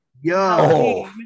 Yo